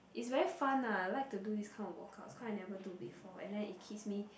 is very fun ah I like to do this kind of workouts cause I never do before and then it keeps me